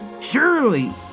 surely